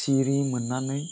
सिरि मोननानै